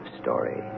story